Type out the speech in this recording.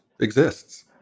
exists